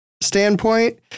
standpoint